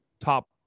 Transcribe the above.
top